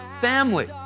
family